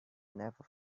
never